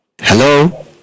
Hello